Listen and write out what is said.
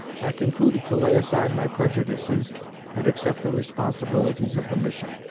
i concluded to lay aside my prejudices and accept the responsibilities of the mission.